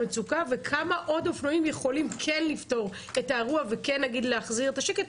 וכמה עוד אופנועים יכולים כן לפתור את האירוע ולהחזיר את השקט,